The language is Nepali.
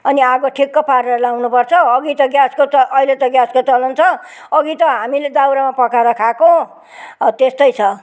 अनि आगो ठिक्क पारेर लगाउन पर्छ अघि त क्या उसको त अहिले त ग्यासको दबाई छ अघि त हामीले दाउरामा पकाएको खाएको अब त्यस्तै छ